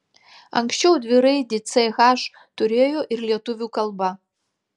anksčiau dviraidį ch turėjo ir lietuvių kalba